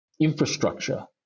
infrastructure